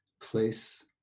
place